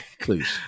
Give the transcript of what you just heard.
Please